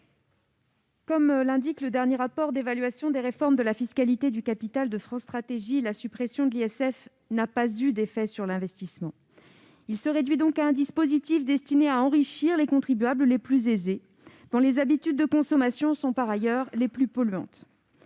Comme l'indique le dernier rapport d'évaluation des réformes de la fiscalité du capital de France Stratégie, la suppression de l'ISF n'a pas eu d'effet sur l'investissement. Il se réduit donc à un dispositif destiné à enrichir les contribuables les plus aisés, dont les habitudes de consommation sont par ailleurs les plus polluantes.